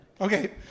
Okay